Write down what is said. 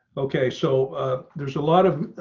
okay, so there's a lot of